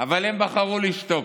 אבל הם בחרו לשתוק.